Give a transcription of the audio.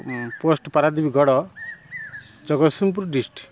post Paradip Garh Jagatsinghpur district